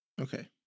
Okay